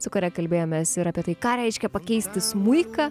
su kuria kalbėjomės ir apie tai ką reiškia pakeisti smuiką